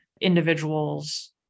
individuals